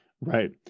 Right